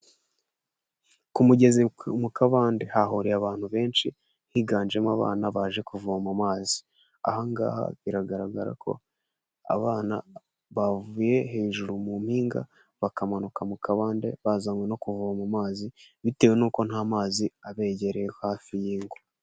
Ku mugezi, mu kabande hahuriye abantu benshi higanjemo abana baje kuvoma amazi ahangaha biragaragara ko abana bavuye hejuru mu mpinga bakamanuka mu kabande bazanywe no kuvoma amazi bitewe n'uko nta mazi abegereye hafi y'ingo.